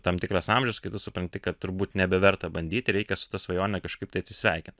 tam tikras amžius kai tu supranti kad turbūt nebeverta bandyti reikia su ta svajone kažkaip tai atsisveikint